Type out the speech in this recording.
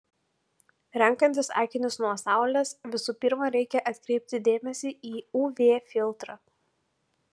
renkantis akinius nuo saulės visų pirma reikia atkreipti dėmesį į uv filtrą